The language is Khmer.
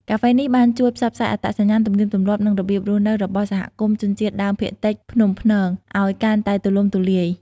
កាហ្វេនេះបានជួយ ផ្សព្វផ្សាយអត្តសញ្ញាណ ទំនៀមទម្លាប់ និងរបៀបរស់នៅរបស់សហគមន៍ជនជាតិដើមភាគតិចភ្នំព្នង ឱ្យកាន់តែទូលំទូលាយ។